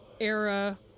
era